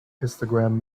histogram